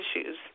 issues